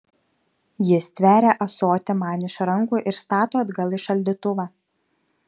ji stveria ąsotį man iš rankų ir stato atgal į šaldytuvą